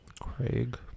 Craig